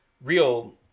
real